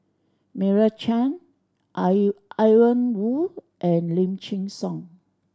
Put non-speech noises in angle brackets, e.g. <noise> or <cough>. Meira Chand <unintelligible> Ian Woo and Lim Chin Siong